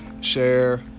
share